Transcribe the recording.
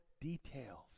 details